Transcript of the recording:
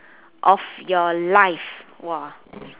of your life !wah!